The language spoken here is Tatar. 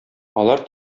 алар